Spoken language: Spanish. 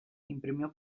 imprimió